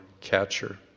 catcher